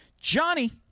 Johnny